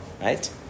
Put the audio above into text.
Right